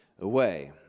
away